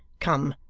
come,